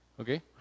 Okay